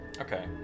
Okay